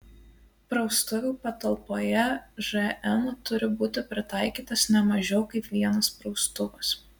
praustuvų patalpoje žn turi būti pritaikytas ne mažiau kaip vienas praustuvas